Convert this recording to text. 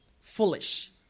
Foolish